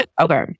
Okay